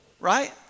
right